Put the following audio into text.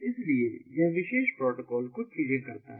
इसलिए यह विशेष प्रोटोकॉल कुछ चीजें करता है